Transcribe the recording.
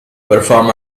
perform